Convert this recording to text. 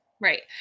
Right